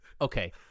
Okay